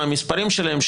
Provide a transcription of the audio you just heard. מה המספרים שלהן,